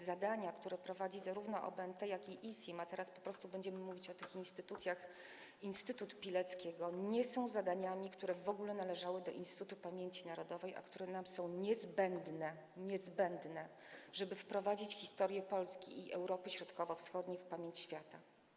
Zadania, które realizuje zarówno OBnT, jak i ISiM - a teraz po prostu będziemy mówić o tych instytucjach: instytut Pileckiego - nie są zadaniami, które w ogóle należały do Instytutu Pamięci Narodowej, a ich realizowanie jest nam niezbędne, niezbędne, żeby wprowadzić historię Polski i Europy Środkowo-Wschodniej do pamięci świata.